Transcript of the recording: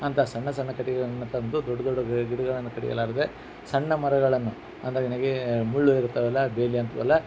ಅಂಥ ಸಣ್ಣ ಸಣ್ಣ ಕಟ್ಟಿಗೆಗಳನ್ನು ತಂದು ದೊಡ್ದೊಡ್ಡ ಗಿಡಗಳನ್ನ ಕಡಿಯಲಾರದೆ ಸಣ್ಣ ಮರಗಳನ್ನು ಅಂದರೆ ನೆಗೆ ಮುಳ್ಳು ಇರ್ತವಲ್ಲ ಬೇಲಿಯಂತೀವಲ್ಲ